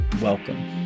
Welcome